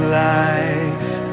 life